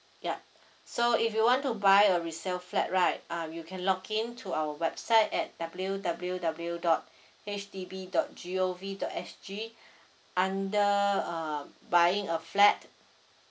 yup so if you want to buy a resale flat right um you can login to our website at W W W dot H D B dot G O V dot S G under um buying a flat